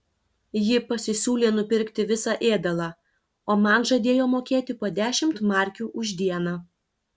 ji pasisiūlė nupirkti visą ėdalą o man žadėjo mokėti po dešimt markių už dieną